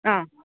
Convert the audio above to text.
ആ